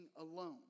alone